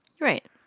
Right